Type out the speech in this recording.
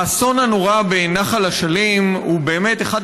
האסון הנורא בנחל אשלים הוא באמת אחד